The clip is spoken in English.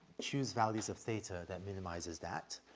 choose values of theta that minimizes that.